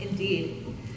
Indeed